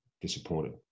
disappointed